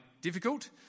difficult